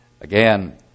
Again